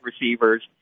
receivers